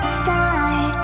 start